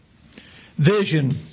Vision